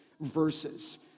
verses